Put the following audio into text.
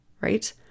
right